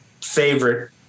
favorite